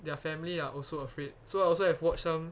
their family are also afraid so I also have watch some